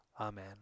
Amen